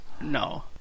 No